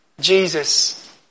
Jesus